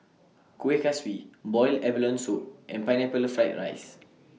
Kuih Kaswi boiled abalone Soup and Pineapple Fried Rice